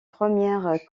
premières